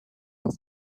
off